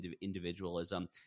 individualism